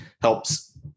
helps